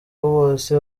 bose